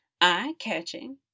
eye-catching